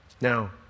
Now